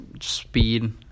speed